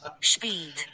Speed